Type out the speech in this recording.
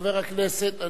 חבר הכנסת.